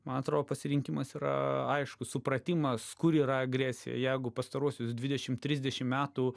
man atrodo pasirinkimas yra aiškus supratimas kur yra agresija jeigu pastaruosius dvidešim trisdešim metų